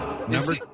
Number